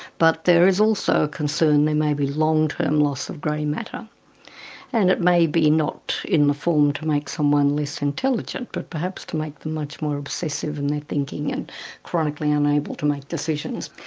but there is also a concern there may be long term loss of grey matter and it may be not in the form to make someone less intelligent but perhaps to make them much more obsessive in their thinking, and chronically unable to make decisions.